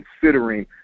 considering